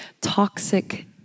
toxic